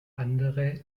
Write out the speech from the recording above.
andere